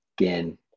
Again